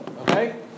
Okay